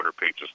pages